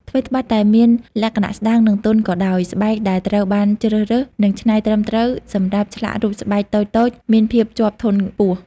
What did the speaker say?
ថ្វីត្បិតតែមានលក្ខណៈស្តើង និងទន់ក៏ដោយ ស្បែកដែលត្រូវបានជ្រើសរើស និងច្នៃត្រឹមត្រូវសម្រាប់ឆ្លាក់រូបស្បែកតូចៗមានភាពជាប់ធន់ខ្ពស់។